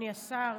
אדוני השר,